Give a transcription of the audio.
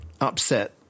upset